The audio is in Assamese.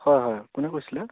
হয় হয় কোনে কৈছিলে